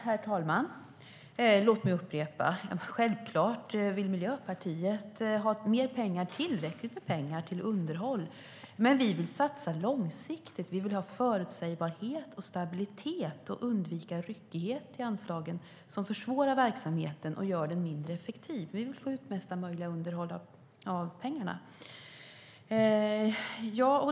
Herr talman! Låt mig upprepa: Självklart vill Miljöpartiet ha mer pengar, tillräckligt med pengar, till underhåll. Men vi vill satsa långsiktigt. Vi vill ha förutsägbarhet och stabilitet och undvika ryckighet i anslagen, som försvårar verksamheten och gör den mindre effektiv. Vi vill få ut mesta möjliga underhåll av pengarna.